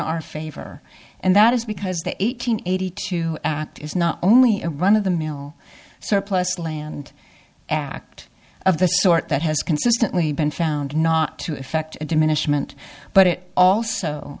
our favor and that is because the eight hundred eighty two is not only a run of the mill surplus land act of the sort that has consistently been found not to affect a diminishment but it also